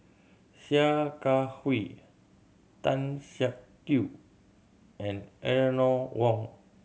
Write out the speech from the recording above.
Sia Kah Hui Tan Siak Kew and Eleanor Wong